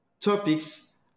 topics